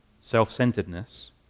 self-centeredness